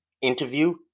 interview